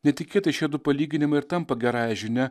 netikėtai šiedu palyginimai ir tampa gerąja žinia